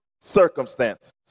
circumstances